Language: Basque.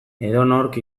edonork